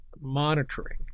monitoring